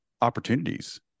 opportunities